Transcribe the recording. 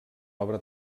obra